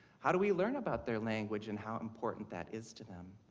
how do we learn about their language and how important that is to them?